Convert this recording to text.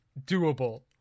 doable